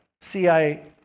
C-I-A